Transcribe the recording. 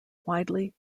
widely